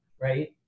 right